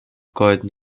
golden